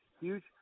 Huge